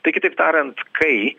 tai kitaip tariant kai